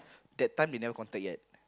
that time they never contact yet